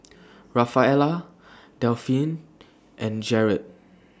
Rafaela Delphine and Jerod